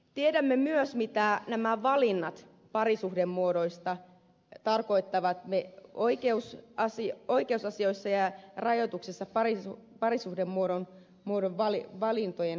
tiedämme myös mitä nämä valinnat parisuhdemuodoista tarkoittavat oikeusasioissa ja rajoituksessa parisuhdemuodon valintojen suhteen